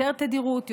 יותר תדירות,